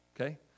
Okay